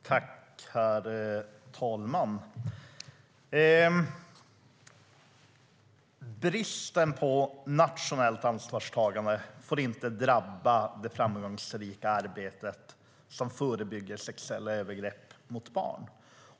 Herr talman! Bristen på nationellt ansvarstagande får inte drabba det framgångsrika arbete som förebygger sexuella övergrepp mot barn.